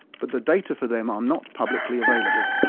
but the data for them are not publicly available.